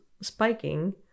spiking